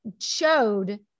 showed